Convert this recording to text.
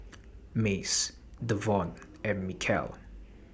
Mace Davon and Michaele